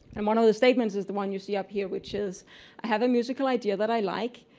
and one of those statements is the one you see up here, which is i have a musical idea that i like,